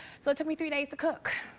so it took me three days to cook.